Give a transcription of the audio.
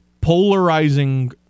polarizing